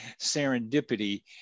serendipity